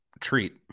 treat